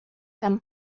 him